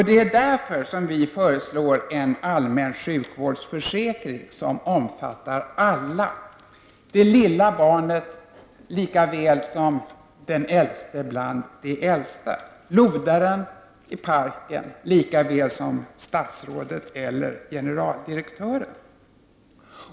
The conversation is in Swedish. Det är därför vi föreslår en allmän sjukvårdsförsäkring som omfattar alla, det lilla barnet lika väl som den äldste bland de äldsta, lodaren i parken lika väl som statsrådet eller generaldirektören.